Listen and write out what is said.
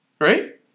Right